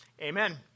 amen